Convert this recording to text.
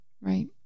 right